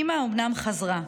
אימא אומנם חזרה,